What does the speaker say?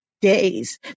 Days